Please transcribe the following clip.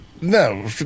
No